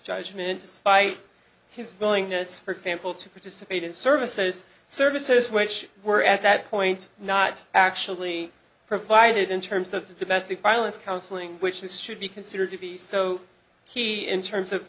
judgment despite his willingness for example to participate in services services which were at that point not actually provided in terms of the domestic violence counseling which should be considered to be so key in terms of